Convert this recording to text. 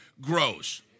grows